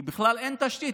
כי בכלל אין תשתית.